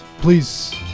Please